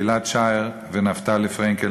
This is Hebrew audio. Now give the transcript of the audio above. גיל-עד שער ונפתלי פרנקל,